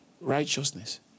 Righteousness